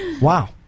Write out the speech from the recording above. wow